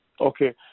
Okay